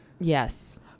Yes